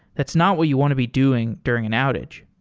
that's not what you want to be doing during an outage.